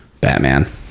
batman